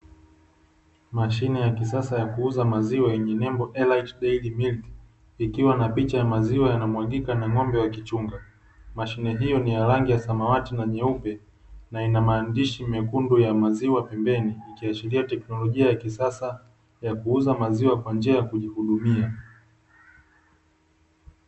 Mashine ya kisasa ya kuuza maziwa yenye nembo "Elite Dairy Milk", ikiwa na picha ya maziwa yanamwagika na ng'ombe wakichunga. Mashine hiyo ni ya rangi ya samawati na nyeupe, na ina maandishi mekundu ya maziwa pembeni ikiashiria teknolojia ya kisasa ya kuuza maziwa kwa njia ya kujihudumia.